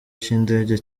cy’indege